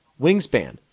wingspan